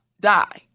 die